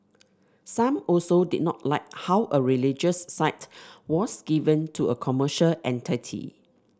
some also did not like how a religious site was given to a commercial entity